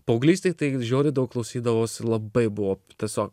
paauglystėj tai aš žiauriai daug klausydavosi labai buvo tiesiog